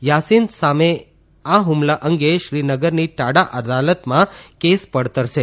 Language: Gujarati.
યાસીન સામે આ હુમલા અંગે શ્રીનગરની ટાડા અદાલતમાં કેસ પડતર છે